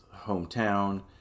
hometown